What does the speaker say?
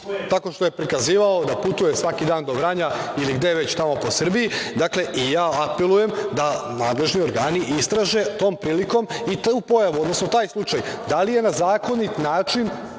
tako što je prikazivao da putuje svaki dan do Vranja ili gde već po Srbije. Dakle, apelujem da nadležni organi istraže tom prilikom i tu pojavu, odnosno taj slučaj. Da li je na zakonit način